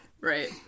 right